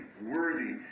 worthy